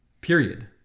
period